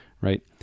right